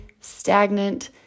stagnant